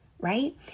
Right